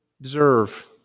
deserve